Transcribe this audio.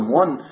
one